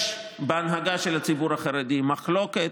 יש בהנהגה של הציבור החרדי מחלוקת,